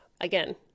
again